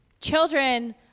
Children